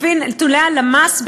לפי נתוני הלמ"ס,